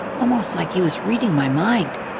almost like he was reading my mind.